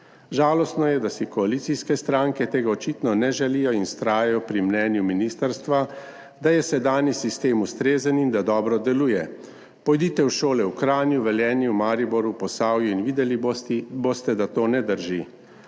Žalostno je, da si koalicijske stranke tega očitno ne želijo in vztrajajo pri mnenju ministrstva, da je sedanji sistem ustrezen in da dobro deluje. Pojdite v šole v Kranju, v Velenju, Mariboru, v Posavju in videli boste, da to ne drži.